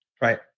Right